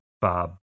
bob